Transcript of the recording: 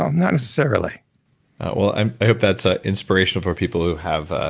um not necessarily well, i hope that's ah an inspiration for people who have ah